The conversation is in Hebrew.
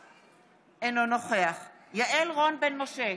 אינו נוכח יעל רון בן משה,